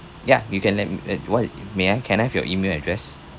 yeah you can let me at what may I can I have your email address